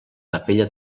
capella